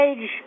age